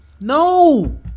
No